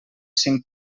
cinc